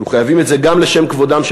אנחנו חייבים את זה גם לשם כבודן של